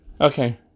Okay